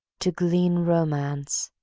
to glean romance,